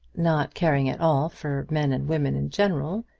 not caring at all for men and women in general,